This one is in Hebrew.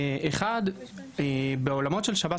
בעולמות שב"ס,